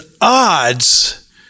odds